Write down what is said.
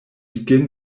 begin